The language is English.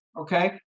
okay